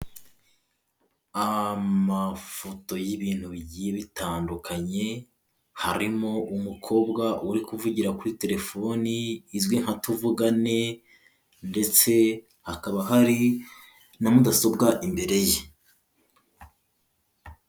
Amafoto y'ibintu bigiye bitandukanye, harimo umukobwa uri kuvugira kuri telefoni izwi nka tuvugane ndetse hakaba hari na mudasobwa imbere ye.